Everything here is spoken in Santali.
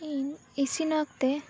ᱤᱧ ᱤᱥᱤᱱ ᱚᱠᱛᱮ